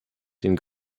den